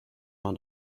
man